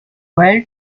well